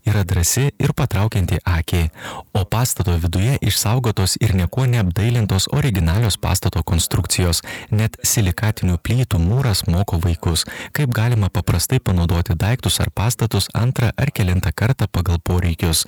yra drąsi ir patraukianti akį o pastato viduje išsaugotos ir niekuo neapdailintos originalios pastato konstrukcijos net silikatinių plytų mūras moko vaikus kaip galima paprastai panaudoti daiktus ar pastatus antrą ar kelintą kartą pagal poreikius